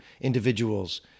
individuals